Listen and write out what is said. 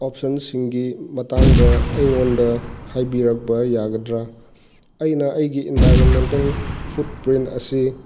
ꯑꯣꯞꯁꯟꯁꯤꯡꯒꯤ ꯃꯇꯥꯡꯗ ꯑꯩꯉꯣꯟꯗ ꯍꯥꯏꯕꯤꯔꯛꯄ ꯌꯥꯒꯗ꯭ꯔꯥ ꯑꯩꯅ ꯑꯩꯒꯤ ꯏꯟꯕꯥꯏꯔꯣꯟꯃꯦꯟꯇꯦꯜ ꯐꯨꯠ ꯄ꯭ꯔꯤꯟ ꯑꯁꯤ